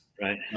Right